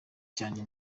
cyanjye